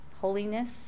Holiness